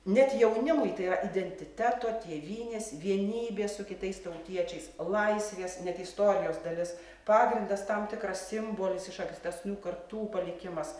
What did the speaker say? net jaunimui tai ya identiteto tėvynės vienybės su kitais tautiečiais laisvės net istorijos dalis pagrindas tam tikras simbolis iš ankstesnių kartų palikimas